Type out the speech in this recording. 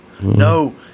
No